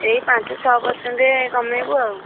ଏଇ ପାଞ୍ଚ ଛଅ ପରସେଣ୍ଟ କମାଇବୁ ଆଉ